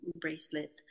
bracelet